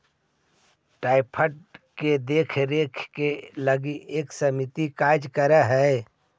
trust fund के देख रेख के लगी एक समिति कार्य कर हई